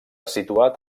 situat